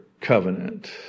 covenant